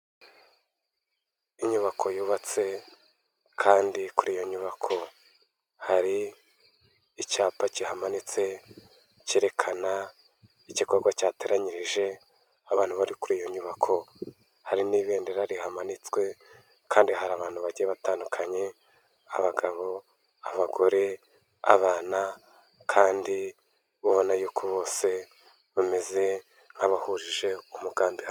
Inyubako yubatse kandi kuri iyo nyubako hari icyapa kimanitse, cyerekana igikorwa cyateranyirije abantu bari kuri iyo nyubako. Hari n'ibendera rimanitswe kandi hari abantu bagiye batandukanye; abagabo, abagore, abana, kandi ubona yuko ko bose bameze nk'abahujije umugambi hamwe.